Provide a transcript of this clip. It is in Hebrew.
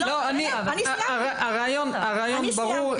הרעיון ברור.